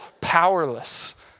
powerless